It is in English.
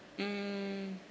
mm